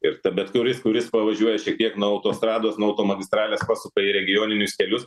ir ta bet kuris kuris pavažiuoja šiek tiek nuo autostrados nuo automagistralės pasuka į regioninius kelius